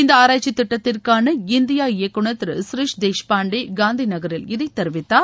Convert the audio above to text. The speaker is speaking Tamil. இந்த ஆராய்ச்சி திட்டத்திற்கான இந்தியா இயக்குனர் திரு சிரிஷ் தேஷ்பாண்டே காந்தி நகரில் இதைத் தெரிவித்தார்